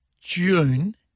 June